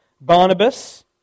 Barnabas